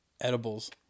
edibles